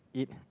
eat